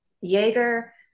Jaeger